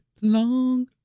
long